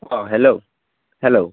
uh hello hello